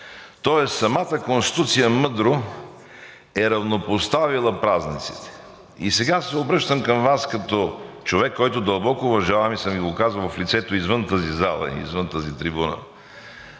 тоест самата Конституция мъдро е равнопоставила празниците. И сега се обръщам към Вас като човек, който дълбоко уважавам и съм Ви го казвал в лицето извън тази зала и извън тази трибуна.